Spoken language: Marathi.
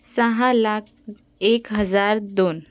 सहा लाख एक हजार दोन